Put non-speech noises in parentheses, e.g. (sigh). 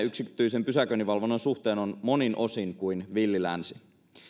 (unintelligible) yksityisen pysäköinninvalvonnan suhteen on monin osin kuin villi länsi